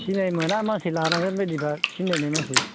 सिनायमोना मानसि लानांगोन बायदि दा सिनायनाय मानसि